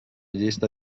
llista